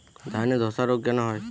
ধানে ধসা রোগ কেন হয়?